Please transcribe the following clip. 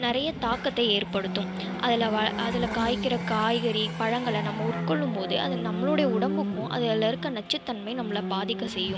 நிறைய தாக்கத்தை ஏற்படுத்தும் அதில் வ அதில் காய்க்கிற காய்கறி பழங்களை நம்ம உட்கொள்ளும்போது அது நம்மளோட உடம்புக்கும் அதுலயிருக்க நச்சு தன்மை நம்மளை பாதிக்கச் செய்யும்